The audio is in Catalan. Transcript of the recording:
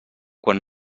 quan